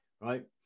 right